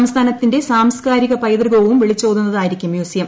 സംസ്ഥാനത്തിന്റെ സാംസ്കാരിക പൈതൃകവും വിളിച്ചോതുന്നതായിരിക്കും മ്യൂസിയം